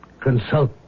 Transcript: consult